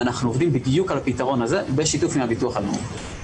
ואנחנו עובדים בדיוק על הפתרון הזה בשיתוף עם הביטוח הלאומי.